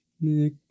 Nick